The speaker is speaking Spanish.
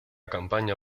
campaña